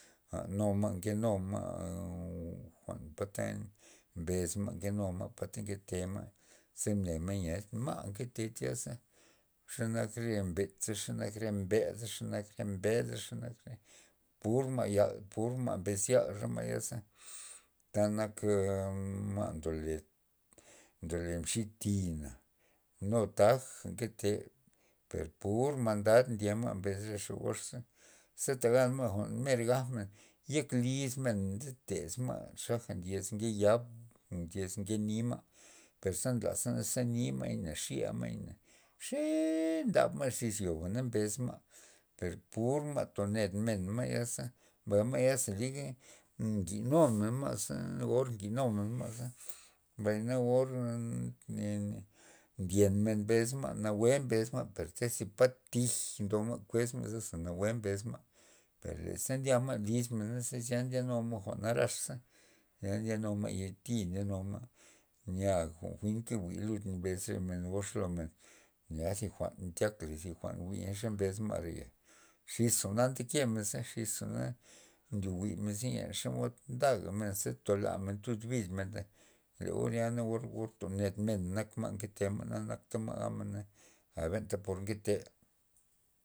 A nu ma' nkenu ma' jwa'n palad mbes ma' nkenu ma' palad nkete ma' zene men ma' nkete tyaza, xenak re mbeza re mbeda xe nak re mbeda xe nak re pur ma' yal pur ma' mbes yal re ma'ya ze, tanak a ma' ndole- ndole mxi thina nu taja nke te per pur mandad ndye ma' mbez re gox za ze tagan ma' mer gajmen yek lizmen ndetez ma' xaja ndyez ndeyab ndyez nke nima' per ze lazna ze nima' na xya ma'yna xee ndab ma' xis yoba mbay na mbes ma' per pur ma' nto ned men ma'ya za, mbay ma'ya ze liga njwi'numen ma'za or njwi'numen ma'za mbay na or nne ndyen men mbes ma' nawue mbes ma' per zi thi pa tija ndo ma' kues ma' ze nawue mbesma' per ze ndya ma' lis men zya nde numa' jwa'na naraxza, zya ndyanuma' yati ndyanuma' nya jwi'n nke jwi' lud mbes re men gox lo men nea thi jwa'n tyak la thi jwa'n jwi' ze mbexa ma' royo' xis jwa'na ndekemen za xis jwa'na ndo jwi'men ze xomod ndagamen tolamen tud bid men le or ya or toden mena ma' nkete ma' na akta ma' gabmena a benta por nke.